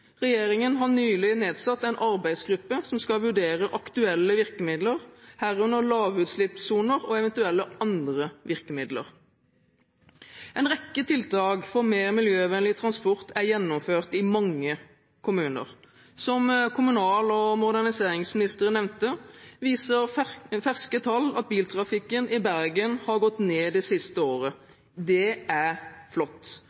Regjeringen har nylig nedsatt en arbeidsgruppe som skal vurdere aktuelle virkemidler, herunder lavutslippssoner og eventuelt andre virkemidler. En rekke tiltak for mer miljøvennlig transport er gjennomført i mange kommuner. Som kommunal- og moderniseringsministeren nevnte, viser ferske tall at biltrafikken i Bergen har gått ned det siste året. Det er flott.